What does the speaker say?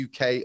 UK